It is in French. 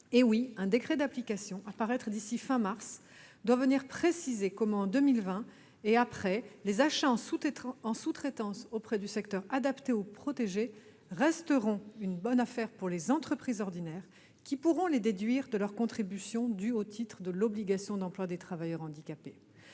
Et, oui, un décret d'application, à paraître d'ici à la fin mars, doit venir préciser comment, à partir de 2020, les achats en sous-traitance auprès du secteur adapté ou protégé resteront une bonne affaire pour les entreprises ordinaires, qui pourront les déduire de leur contribution due au titre de l'obligation d'emploi des travailleurs handicapés,